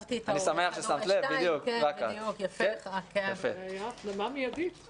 מנהלת האגף לחינוך על יסודי.